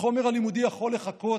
החומר הלימודי יכול לחכות.